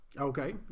okay